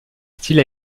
style